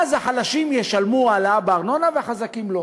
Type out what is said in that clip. הוא אמר את זה.